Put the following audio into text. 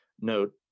Note